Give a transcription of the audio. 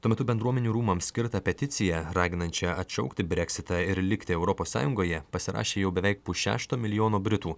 tuo metu bendruomenių rūmams skirtą peticiją raginančią atšaukti breksitą ir likti europos sąjungoje pasirašė jau beveik pusšešto milijono britų